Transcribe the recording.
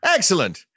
Excellent